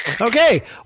Okay